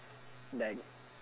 like